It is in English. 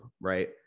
right